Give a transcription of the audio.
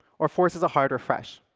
or forces a hard refresh.